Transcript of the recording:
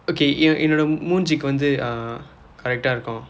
okay எ~ என்னோட மூஞ்ஜிக்கு வந்து:ye~ ennooda muunjikku vandthu correct-aa இருக்கும்:irukkum